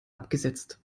abgesetzt